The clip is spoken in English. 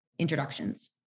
Introductions